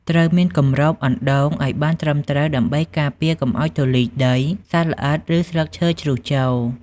ត្រូវមានគម្របអណ្ដូងឲ្យបានត្រឹមត្រូវដើម្បីការពារកុំឲ្យធូលីដី សត្វល្អិត ឬស្លឹកឈើជ្រុះចូល។